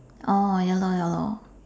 oh ya lor ya lor